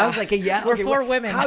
um like, ah, yeah. for women.